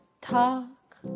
talk